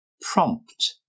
Prompt